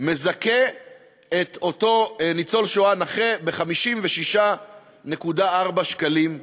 מזכה את אותו ניצול שואה ב-56.4 שקלים לערך,